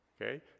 Okay